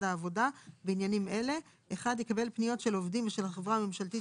העבודה בעניינים אלה: יקבל פניות של עובדים ושל החברה הממשלתית